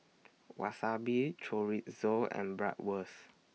Wasabi Chorizo and Bratwurst